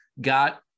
got